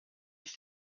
ich